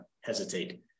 hesitate